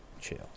Chill